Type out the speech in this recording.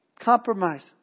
compromise